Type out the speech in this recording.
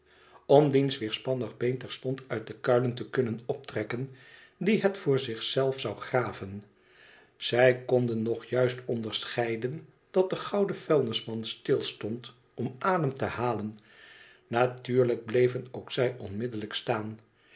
om diens weerspannig been terstond uit de kuilen te kunnen optrekken die het voor zich zelf zou graven zij konden nog juist onderscheiden dat de gouden vuilnisman stilstond om adem te halen natuurlijk bleven ook zij onmiddellijk staan